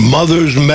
Mother's